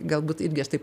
galbūt irgi aš taip